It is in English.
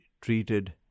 treated